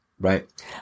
Right